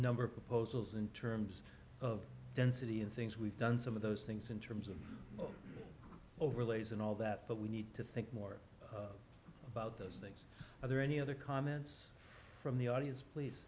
number of proposals in terms of density and things we've done some of those things in terms of overlays and all that but we need to think more about those things are there any other comments from the audience please